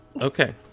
Okay